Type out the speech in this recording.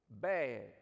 Bad